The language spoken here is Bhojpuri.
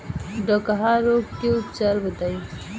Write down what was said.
डकहा रोग के उपचार बताई?